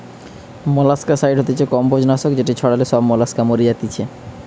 molluscicide হতিছে কম্বোজ নাশক যেটি ছড়ালে সব মোলাস্কা মরি যাতিছে